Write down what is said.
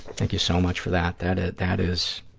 thank you so much for that. that ah that is,